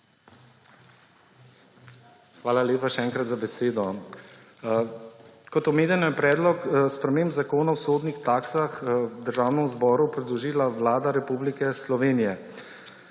Hvala lepa še enkrat za besedo. Kot omenjeno, je predlog sprememb Zakona o sodnih taksah Državnemu zboru predložila Vlada Republike Slovenije.